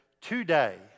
today